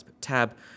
tab